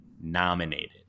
nominated